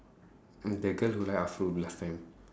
mm that girl who like last time